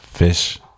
Fish